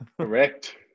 Correct